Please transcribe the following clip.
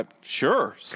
Sure